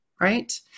right